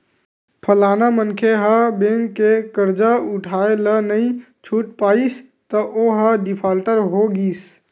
फलाना मनखे ह बेंक के करजा उठाय ल नइ छूट पाइस त ओहा डिफाल्टर हो गिस